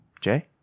Jay